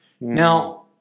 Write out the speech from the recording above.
Now